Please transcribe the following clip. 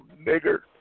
nigger